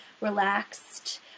relaxed